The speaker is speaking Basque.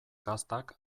gaztak